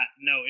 no